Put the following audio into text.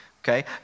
Okay